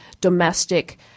domestic